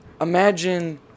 Imagine